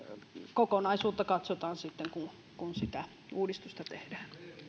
kokonaisuutta katsotaan sitten kun kun sitä uudistusta tehdään